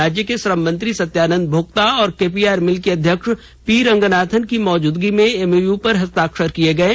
राज्य के श्रम मंत्री सत्यानंद भोक्ता और केपीआर मिल के अध्यक्ष पी रंगनाथन की मौजूदगी में एमओयू पर हस्ताक्षर किये गये